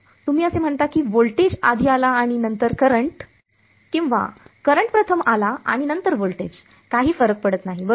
तुम्ही असे म्हणता की व्होल्टेज आधी आला आणि नंतर करंट किंवा करंट प्रथम आला आणि नंतर व्होल्टेज काही फरक पडत नाही बरोबर